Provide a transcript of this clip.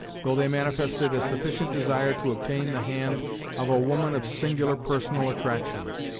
though they manifested a sufficient desire to obtain the hand of a woman of singular personal attractions,